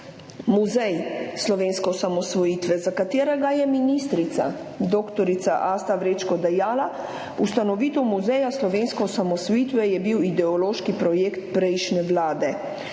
Muzej slovenske osamosvojitve, za katerega je ministrica dr. Asta Vrečko dejala: »Ustanovitev Muzeja slovenske osamosvojitve je bila ideološki projekt prejšnje vlade.